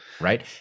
right